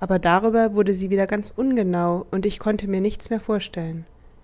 aber darüber wurde sie wieder ganz ungenau und ich konnte mir nichts mehr vorstellen